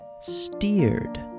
steered